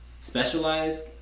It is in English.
specialized